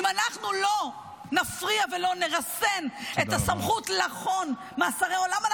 אם אנחנו לא נפריע ולא נרסן את הסמכות לחון אסירי עולם,